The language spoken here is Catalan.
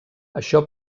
això